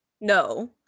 no